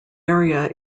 area